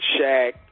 Shaq